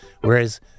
whereas